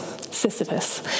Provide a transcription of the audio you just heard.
Sisyphus